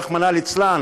רחמנא ליצלן,